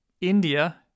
India